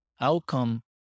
outcome